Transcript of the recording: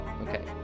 Okay